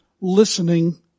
listening